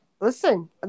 Listen